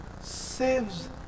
saves